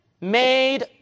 made